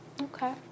Okay